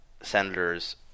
senators